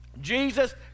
Jesus